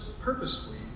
purposefully